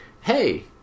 hey